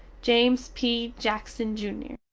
james p. jackson jr.